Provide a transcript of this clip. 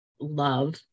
love